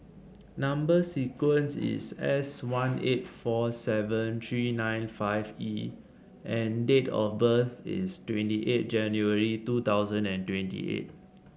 number sequence is S one eight four seven three nine five E and date of birth is twenty eight January two thousand and twenty eight